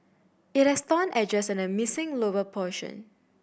it has torn edges and a missing lower portion